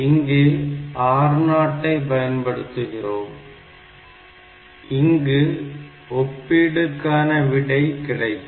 இங்கே R0 ஐ பயன்படுத்துகிறோம் இங்கு ஒப்பீடுக்கான விடை கிடைக்கும்